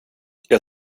jag